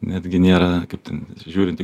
netgi nėra kaip ten žiūrint